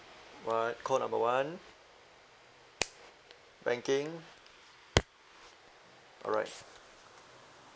one call number one banking alright